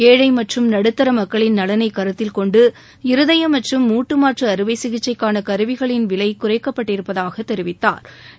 ஏழை மற்றம் நடுத்தர மக்களின் நலனை கருத்தில் கொண்டு இருதய மற்றும் மூட்டு மாற்று அறுவை சிகிச்சைக்கான கருவிகளிள் விலை குறைக்கப்பட்டிருப்பதாக தெரிவித்தாா்